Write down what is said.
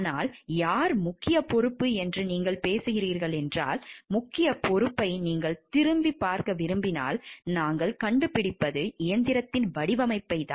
ஆனால் யார் முக்கியப் பொறுப்பு என்று நீங்கள் பேசுகிறீர்கள் என்றால் முக்கிய பொறுப்பை நீங்கள் திரும்பிப் பார்க்க விரும்பினால் நாங்கள் கண்டுபிடிப்பது இயந்திரத்தின் வடிவமைப்புதான்